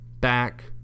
back